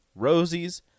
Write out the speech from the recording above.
Rosies